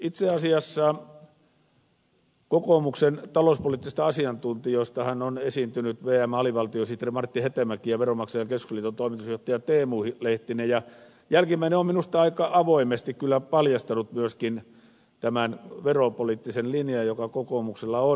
itse asiassa kokoomuksen talouspoliittisista asiantuntijoistahan ovat esiintyneet vmn alivaltiosihteeri martti hetemäki ja veronmaksajain keskusliiton toimitusjohtaja teemu lehtinen ja jälkimmäinen on minusta aika avoimesti kyllä paljastanut myöskin tämän veropoliittisen linjan joka kokoomuksella on